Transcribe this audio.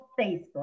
Facebook